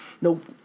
Nope